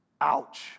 Ouch